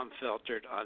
Unfiltered